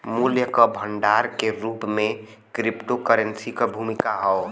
मूल्य क भंडार के रूप में क्रिप्टोकरेंसी क भूमिका हौ